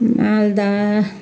Malda